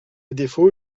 défaut